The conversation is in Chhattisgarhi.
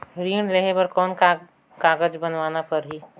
ऋण लेहे बर कौन का कागज बनवाना परही?